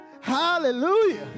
hallelujah